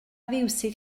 fiwsig